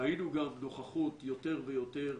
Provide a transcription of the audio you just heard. ראינו גם נוכחות יותר ויותר,